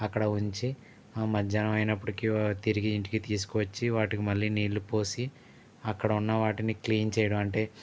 అక్కడ ఉంచి మధ్యాహ్నం అయినప్పటికీ తిరిగి ఇంటికి తీసుకువచ్చి వాటికి మళ్ళీ నీళ్లు పోసి అక్కడున్నవాటిని క్లీన్ చేయడమంటే